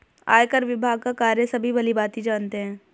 आयकर विभाग का कार्य सभी भली भांति जानते हैं